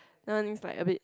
non fly a bit